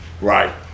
Right